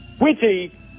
witty